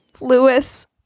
Lewis